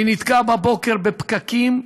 אני נתקע בבוקר בפקקים.